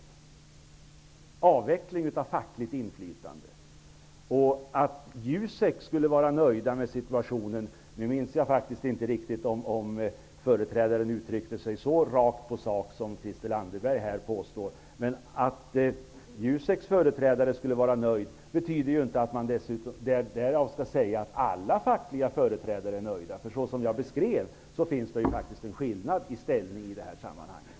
Det är en avveckling av fackligt inflytande. Jag minns faktiskt inte riktigt om företrädaren för Jusek uttryckte sig så rakt på sak som Christel Anderberg påstår här. Att Juseks företrädare är nöjd betyder ju inte att man därmed kan säga att alla fackliga företrädare är nöjda. Såsom jag beskrev finns det faktiskt en skillnad i ställning i det här sammanhanget.